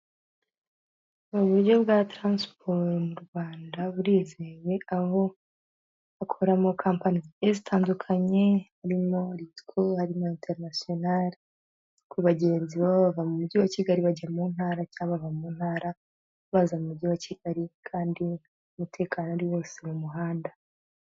Uburyo bwa taransiporo mu Rwanda burizewe, aho haba hakoramo kampani zigiye tandukanye harimo Ritco, harimo International, ku bagenzi baba bava mu mujyi wa Kigali bajya mu Ntara cyangwa baba mu Ntara baza mu mujyi wa Kigali, kandi umutekano ari wose mu muhanda.